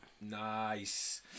Nice